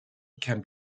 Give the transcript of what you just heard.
can